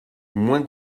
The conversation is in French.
moins